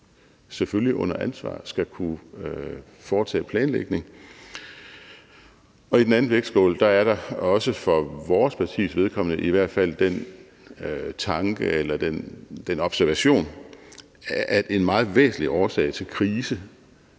selvfølgelig under ansvar skal kunne foretage planlægning. Og i den anden vægtskål er der også for vores partis vedkommende i hvert fald den tanke eller den observation, at en meget væsentlig årsag til krise